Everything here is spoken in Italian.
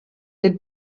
del